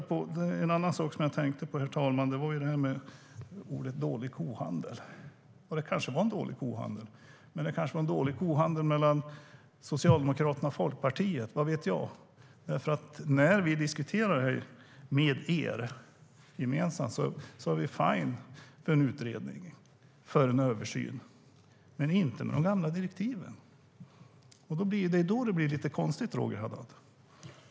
Det är då det blir lite konstigt, Roger Haddad.